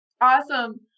Awesome